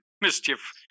mischief